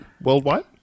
Worldwide